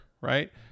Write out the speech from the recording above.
right